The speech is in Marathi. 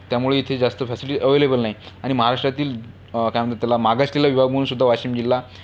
त्यामुळे इथे जास्त फॅसिलि अव्हेलेबल नाही आणि महाराष्ट्रातील काय म्हणतात त्याला मागासलेला विभाग म्हणून सुद्धा वाशिम जिल्हा